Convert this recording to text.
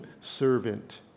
servant